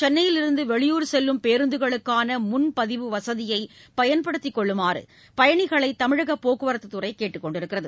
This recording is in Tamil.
சென்னையிலிருந்து வெளியூர் செல்லும் பேருந்துகளுக்கான முன்பதிவு வசதியை பயன்படுத்திக் கொள்ளுமாறு பயனிகளை தமிழக போக்குவரத்துத் துறை கேட்டுக் கொண்டுள்ளது